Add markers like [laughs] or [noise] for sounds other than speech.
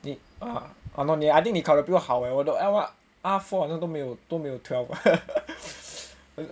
ah !hannor! I think 你比我考得好我的 l one r four 好像都没有都没有 twelve [laughs]